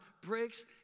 breaks